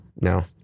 No